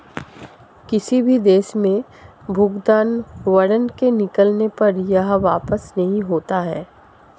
किसी भी दशा में भुगतान वारन्ट के निकलने पर यह वापस नहीं होता है